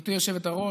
גברתי היושבת-ראש,